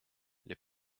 les